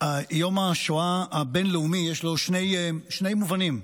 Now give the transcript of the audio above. יום השואה הבין-לאומי, יש לו שני מובנים: